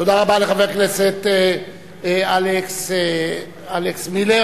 תודה רבה לחבר הכנסת אלכס מילר.